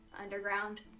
Underground